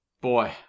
boy